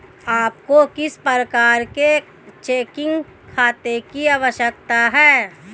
आपको किस प्रकार के चेकिंग खाते की आवश्यकता है?